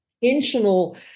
intentional